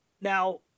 Now